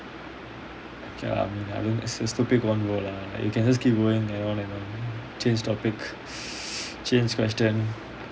ya I mean it's a stupid convo lah you can just keep going on and on change topic change question